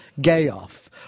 gay-off